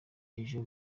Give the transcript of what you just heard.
ejo